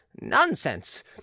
Nonsense